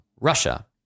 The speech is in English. Russia